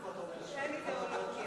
איפה אתה עומד עכשיו?